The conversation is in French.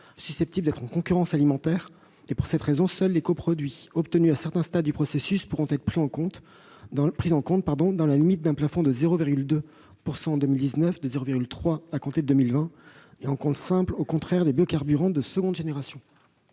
susceptibles d'être en concurrence alimentaire. Pour cette raison, seuls les coproduits obtenus à certains stades du processus pourront être pris en compte, dans la limite d'un plafond de 0,2 % en 2019 et de 0,3 % à compter de 2020, et en compte simple au contraire des biocarburants de seconde génération.